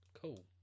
Cool